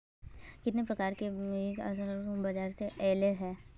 कितने प्रकार के बीज असल बार बाजार में ऐले है?